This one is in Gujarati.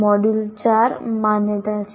મોડ્યુલ4 માન્યતા છે